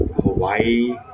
Hawaii